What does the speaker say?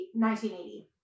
1980